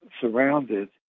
surrounded